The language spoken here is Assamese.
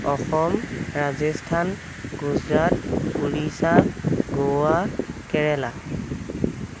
অসম ৰাজস্থান গুজৰাট উৰিষ্যা গোৱা কেৰেলা